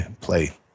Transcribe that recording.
play